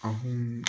ꯑꯍꯨꯝ